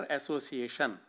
Association